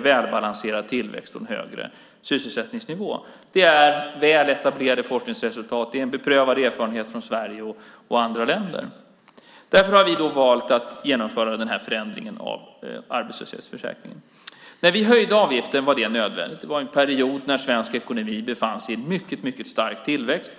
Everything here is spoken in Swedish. välbalanserad tillväxt och en högre sysselsättningsnivå. Det är väletablerade forskningsresultat. Det är en beprövad erfarenhet från Sverige och andra länder. Därför har vi valt att genomföra den här förändringen av arbetslöshetsförsäkringen. När vi höjde avgiften var det nödvändigt. Det var en period när svensk ekonomi befann sig i mycket stark tillväxt.